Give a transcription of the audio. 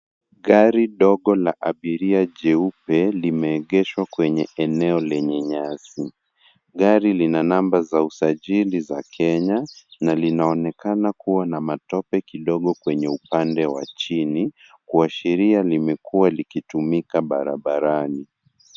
Gari dogo la abiria jeupe, limeegeshwa kwenye eneo lenye nyasi. Gari lina namba za usajili za Kenya, na linaonekana kuwa na matope kidogo kwenye upande wa chini, kuhashiria limekuwa likitumika barabarani.